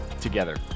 together